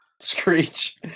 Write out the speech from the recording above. Screech